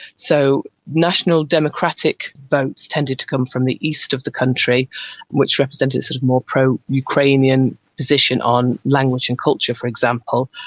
so national democratic votes tended to come from the west of the country which represented a more pro-ukrainian position on language and culture, for example,